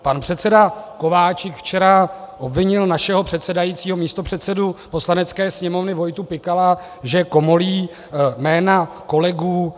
Pan předseda Kováčik včera obvinil našeho předsedajícího, místopředsedu Poslanecké sněmovny Vojtu Pikala, že komolí jména kolegů.